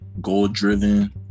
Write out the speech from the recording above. goal-driven